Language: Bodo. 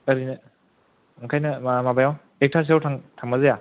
ओरैनो ओंखायनो मा माबायाव एकथासोयाव थांब्ला जाया